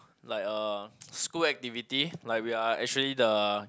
like uh school activity like we are actually the